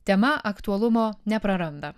tema aktualumo nepraranda